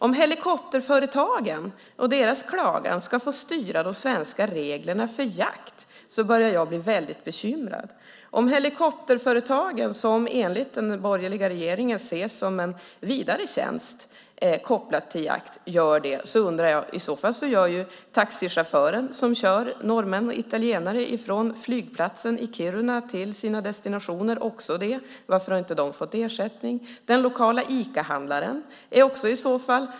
Om helikopterföretagen och deras klagan ska få styra de svenska reglerna för jakt börjar jag bli väldigt bekymrad. Om helikopterföretagen enligt den borgerliga regeringen ska ses som en vidare tjänst kopplad till jakt, ska i så fall också taxichaufförens transporter av norrmän och italienare från flygplatsen i Kiruna till sina destinationer göra det. Varför har inte de fått ersättning? Det gäller i så fall också den lokala Icahandlaren.